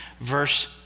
verse